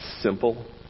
simple